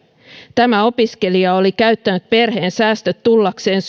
tämä opiskelija oli käyttänyt perheen säästöt tullakseen